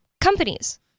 companies